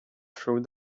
through